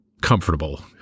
comfortable